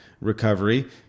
recovery